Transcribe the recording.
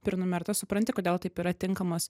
prenumerta supranti kodėl taip yra tinkamas